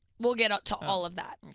we'll get up to all of that.